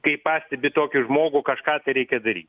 kai pastebi tokį žmogų kažką tai reikia daryti